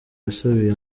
yasabiye